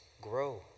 grow